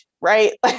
right